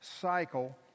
cycle